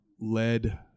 led